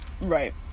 right